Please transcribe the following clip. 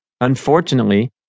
Unfortunately